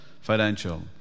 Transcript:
financial